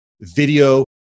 video